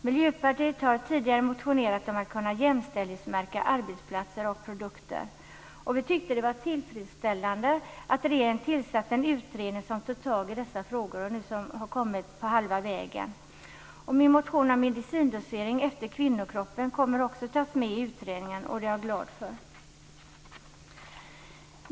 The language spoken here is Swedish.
Miljöpartiet har tidigare motionerat om att kunna jämställdhetsmärka arbetsplatser och produkter. Vi tyckte att det var tillfredsställande att regeringen tillsatte en utredning som tog tag i dessa frågor och som nu har kommit halvvägs. Min motion om medicindosering efter kvinnokroppen kommer också att tas med i utredningen, och det är jag glad för.